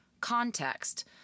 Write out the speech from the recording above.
context